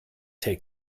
take